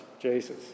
Jesus